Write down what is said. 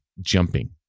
jumping